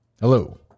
Hello